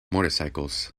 motorcycles